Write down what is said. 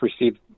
received